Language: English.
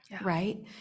right